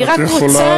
אני רק רוצה,